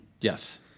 Yes